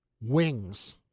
wings